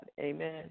Amen